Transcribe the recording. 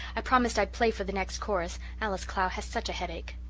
i promised i'd play for the next chorus alice clow has such a headache.